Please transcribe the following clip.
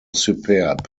superb